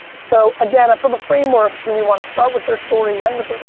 so again, from a framework, do we want to start with their story? end with their,